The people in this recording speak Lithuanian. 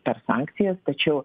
per sankcijas tačiau